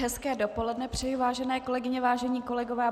Hezké dopoledne přeji vážené kolegyně, vážení kolegové.